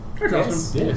yes